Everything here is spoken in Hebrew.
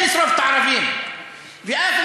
לשרוף את הערבים ולשרוף את הכפרים שלהם?